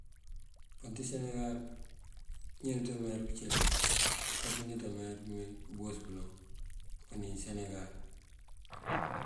Upën ţí senegal, njí mosariliţ pëcëli. Njí káţa mee mëboos mëloŋ upëni senegal.